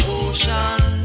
ocean